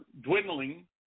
dwindling